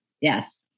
Yes